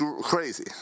crazy